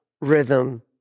rhythm